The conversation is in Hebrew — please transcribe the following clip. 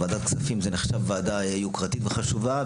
ועדת כספים נחשבת ועדה יוקרתית וחשובה,